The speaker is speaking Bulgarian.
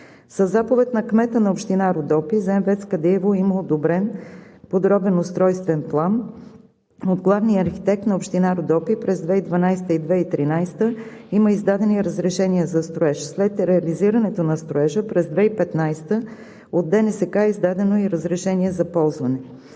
Със заповед на кмета на община Родопи за мини ВЕЦ „Кадиево“ има одобрен Подробен устройствен план от главния архитект на община Родопи през 2012-а и 2013 г. Има издадени разрешения за строеж. След реализирането на строежа през 2015 г. от ДНСК е издадено и разрешение за ползване.